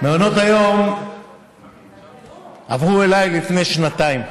מעונות היום עברו אליי לפני שנתיים.